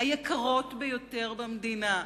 היקרות ביותר במדינה,